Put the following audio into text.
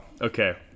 Okay